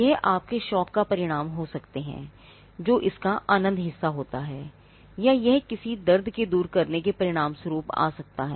यह आपके शौक के परिणाम सकते हैं जो इसका आनंद हिस्सा होता है या यह किसी के दर्द को दूर करने के परिणामस्वरूप आ सकता है